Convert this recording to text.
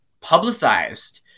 publicized